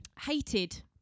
hated